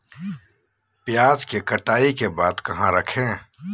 प्याज के कटाई के बाद कहा रखें?